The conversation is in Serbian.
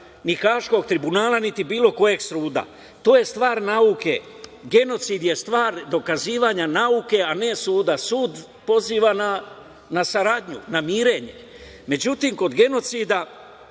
ni Haškog tribunala niti bilo kojeg suda, to je stvar nauke. Genocid je stvar dokazivanja nauke, a ne suda. Sud poziva na saradnju, na mirenje. Međutim, kod genocida